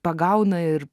pagauna ir